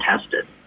tested